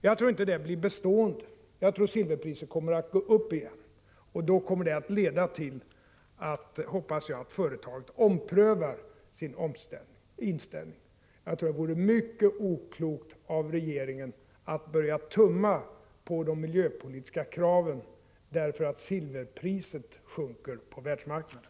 Jag tror inte detta blir bestående,.utan jag tror att silverpriset kommer att gå upp igen, och jag hoppas att detta kommer att leda till att företaget omprövar sin inställning. Det vore mycket oklokt av regeringen att börja tumma på de miljöpolitiska kraven därför att silverpriset sjunker på världsmärknaden.